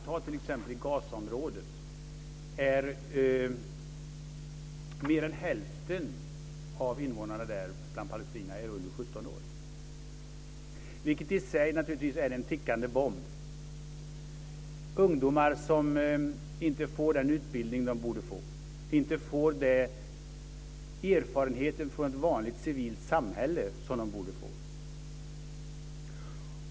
I t.ex. Gazaområdet är mer än hälften av de palestinska invånarna under 17 år, vilket i sig naturligtvis är en tickande bomb. Det är ungdomar som inte får den utbildning som de borde få och som inte får den erfarenhet från ett vanligt, civilt samhälle som de borde få.